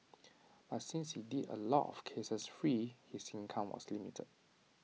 but since he did A lot of cases free his income was limited